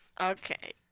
Okay